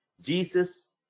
jesus